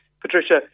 Patricia